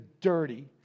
dirty